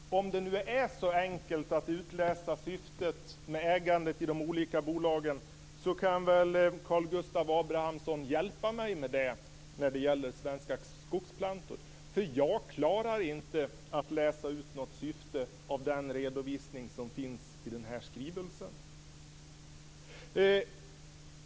Fru talman! Om det nu är så enkelt att utläsa syftet med ägandet i de olika bolagen kan väl Karl Gustav Abramsson hjälpa mig med det när det gäller Svenska Skogsplantor. Jag klarar nämligen inte att läsa ut något syfte ur den redovisning som finns i den här skrivelsen.